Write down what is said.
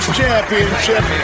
championship